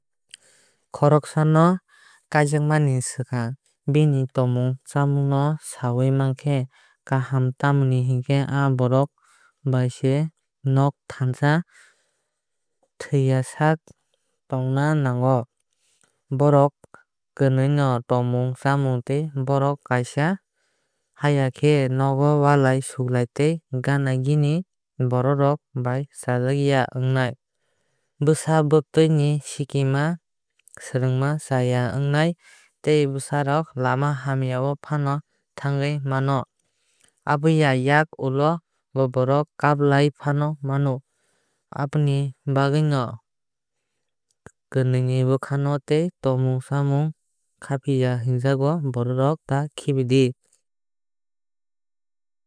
Khoroksano kaijakmani swkang bini tomung chamung no sayui mankhe kaham. Tamoni hinkhe aa borok bai se nok thansa thwuiya sa tongna nango. Borok kainui ni tomung chamung tei borok kaisa haiya khe nogo walai suklai tei gana gini borok rok bo chajak ya ongnai. Bwsa butui ni sikima swrungma chaiya ongnai tei bswarok lama hamya o fano thangwui mano. Aboni yak ulo borok kaglai fano mano. Amoni bagwui no kwnui ni bwkha tei tomung chamung khapiya hingjago borokno ta khibidi.